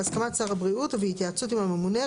בהסכמת שר הבריאות ובהתייעצות עם הממונה,